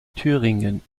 thüringen